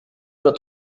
nur